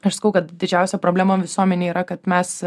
aš sakau kad didžiausia problema visuomenėje yra kad mes